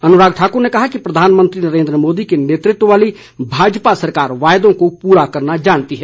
अनुराग ठाकुर ने कहा कि प्रधानमंत्री नरेन्द्र मोदी के नेतृत्व वाली भाजपा सरकार वायदों को पूरा करना जानती है